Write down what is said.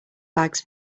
bags